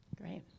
Great